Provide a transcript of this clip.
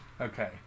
Okay